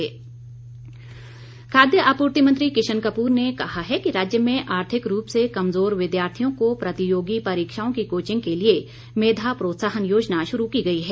किशन कपूर खाद्य आपूर्ति मंत्री किशन कपूर ने कहा है कि राज्य में आर्थिक रूप से कमज़ोर विद्यार्थियों को प्रतियोगी परीक्षाओं की कोचिंग के लिए मेधा प्रोत्साहन योजना शुरू की गई है